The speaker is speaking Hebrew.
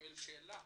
שואל שאלה